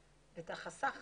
את החסך